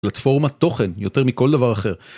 פלטפורמת תוכן יותר מכל דבר אחר.